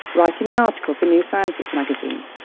writing an article for new scientist magazine.